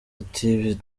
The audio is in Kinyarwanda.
ati